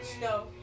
No